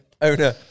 owner